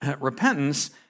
Repentance